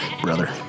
brother